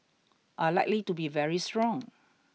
are likely to be very strong